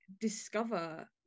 discover